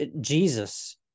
Jesus